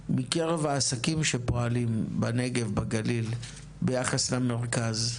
האם יש תת-רישוי בקרב העסקים שפועלים בנגב ובגליל ביחס למרכז?